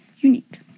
unique